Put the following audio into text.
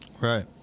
right